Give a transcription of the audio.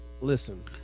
listen